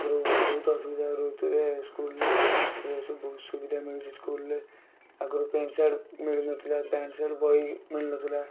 ଆଗରୁ ବହୁତ ଅସୁବିଧାରେ ରହୁଥିଲେ ସ୍କୁଲ୍ରେ ଏବେ ସବୁ ସୁବିଧା ମିଳୁଛି ସ୍କୁଲ୍ରେ ଆଗୁରୁ ପ୍ୟାଣ୍ଟ୍ ସାର୍ଟ ମିଳୁ ନଥିଲା ପ୍ୟାଣ୍ଟ୍ ସାର୍ଟ ବହି ମିଳୁ ନଥିଲା